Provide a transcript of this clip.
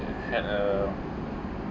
had a